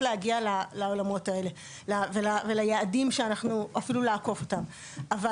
ולהגיע לעולמות האלה ואפילו לעקוף את היעדים.